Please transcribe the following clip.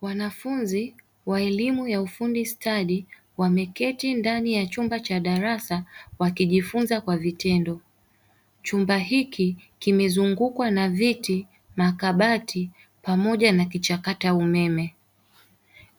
Wanafunzi wa elimu ya ufundi stadi wameketi ndani ya chumba cha darasa, wakijifunza kwa vitendo. Chumba hiki kimezungukwa na viti, makabati, pamoja na kichakata umeme.